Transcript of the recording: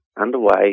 underway